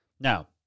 Now